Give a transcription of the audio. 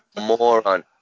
Moron